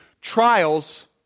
trials